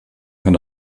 kann